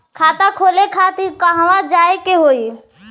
खाता खोले खातिर कहवा जाए के होइ?